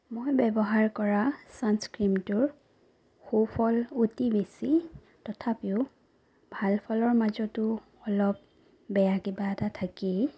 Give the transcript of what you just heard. মই ব্যৱহাৰ কৰা চানস্ক্ৰিনটোৰ সুফল অতি বেছি তথাপিও ভাল ফলৰ মাজত অলপ বেয়া কিবা এটা থাকেই